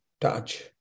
touch